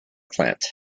plant